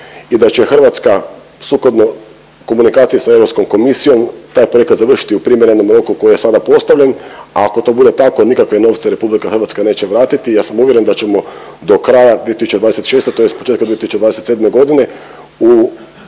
i da će Hrvatska, sukladno komunikaciji sa Europskom komisijom, taj projekat završiti u primjerenom roku koji je sada postavljen, a ako to bude tako, nikakve novce RH neće vratiti i ja sam uvjeren da ćemo do kraja 2026. tj. početka 2027. g. u